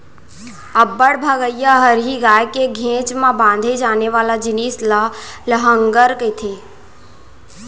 अब्बड़ भगइया हरही गाय के घेंच म बांधे जाने वाले जिनिस ल लहँगर कथें